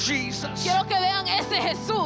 Jesus